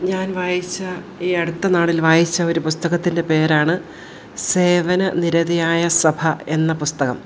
ഞാൻ വായിച്ച ഈ അടുത്ത നാളിൽ വായിച്ച ഒരു പുസ്തകത്തിൻ്റെ പേരാണ് സേവന നിരതയായ സഭ എന്ന പുസ്തകം